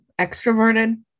extroverted